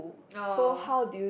oh